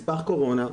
נספח קורונה.